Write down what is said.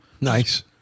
Nice